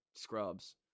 scrubs